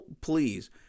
please